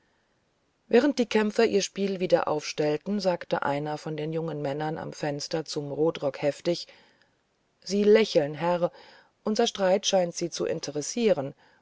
während die kämpfer ihr spiel wieder aufstellten sagte einer von den jungen männern am fenster zum rotrock heftig sie lächeln herr unser streit scheint sie zu interessieren